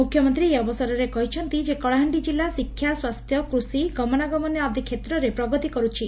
ମୁଖ୍ୟମନ୍ତୀ ଏହି ଅବସରରେ କହିଛନ୍ତି ଯେ କଳାହାଣ୍ଡି ଜିଲ୍ଲା ଶିକ୍ଷା ସ୍ୱାସ୍ଥ୍ୟ କୃଷି ଗମନାଗମନ ଆଦି କ୍ଷେତ୍ରରେ ପ୍ରଗତି କରୁଛି